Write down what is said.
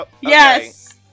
Yes